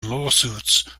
lawsuits